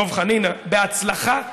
דב חנין, בהצלחה כבירה,